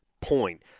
point